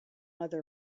other